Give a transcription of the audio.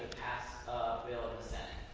pass a bill.